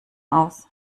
aus